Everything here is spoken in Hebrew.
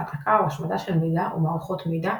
העתקה או השמדה של מידע ומערכות מידע